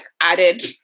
added